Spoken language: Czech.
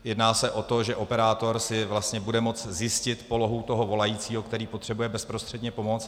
Jedná se o to, že operátor si vlastně bude moci zjistit polohu toho volajícího, který potřebuje bezprostředně pomoct.